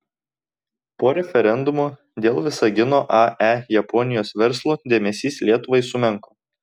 po referendumo dėl visagino ae japonijos verslo dėmesys lietuvai sumenko